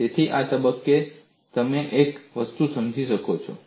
તેથી આ તબક્કે તમે એક વસ્તુ સમજી શકો છો